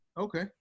Okay